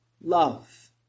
love